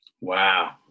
Wow